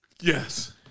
Yes